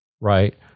right